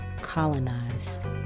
colonized